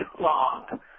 Long